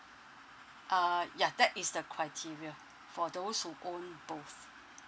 uh ya that is the criteria for those who own both